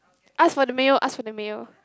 ask for the mayo ask for the mayo